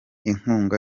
inkunga